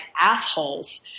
assholes